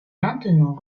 maintenant